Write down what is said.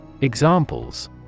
Examples